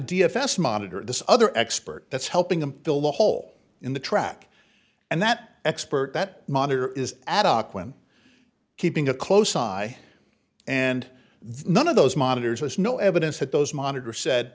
s monitor this other expert that's helping them build a hole in the track and that expert that monitor is adequate keeping a close eye and the none of those monitors was no evidence that those monitor said